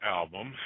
album